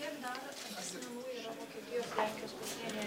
kiek dar asmenų yra vokietijos lenkijos pasienyje